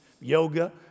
Yoga